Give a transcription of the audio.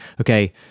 okay